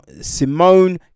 Simone